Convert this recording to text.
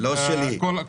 לא שלי.